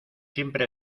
siempre